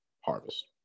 harvest